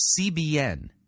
CBN